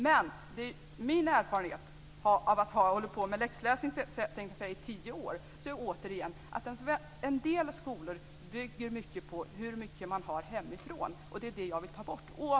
Min erfarenhet, efter att ha hållit på med läxläsning i tio år, är att en del skolor mycket bygger på hur mycket eleverna har hemifrån. Det är detta som jag vill ta bort.